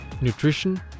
nutrition